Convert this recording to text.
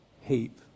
heap